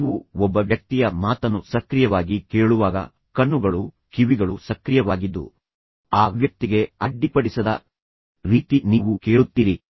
ನೀವು ಒಬ್ಬ ವ್ಯಕ್ತಿಯ ಮಾತನ್ನು ಸಕ್ರಿಯವಾಗಿ ಕೇಳುವಾಗ ಎಲ್ಲಾ ಕಣ್ಣುಗಳು ಎಲ್ಲಾ ಕಿವಿಗಳು ಸಕ್ರಿಯವಾಗಿದ್ದು ಆ ವ್ಯಕ್ತಿಗೆ ಅಡ್ಡಿಪಡಿಸದ ರೀತಿ ನೀವು ಕೇಳುತ್ತೀರಿ